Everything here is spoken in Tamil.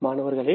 மாணவர்களே